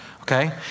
Okay